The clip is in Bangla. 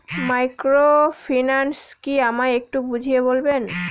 মাইক্রোফিন্যান্স কি আমায় একটু বুঝিয়ে বলবেন?